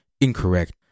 incorrect